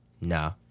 nah